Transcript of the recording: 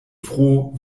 froh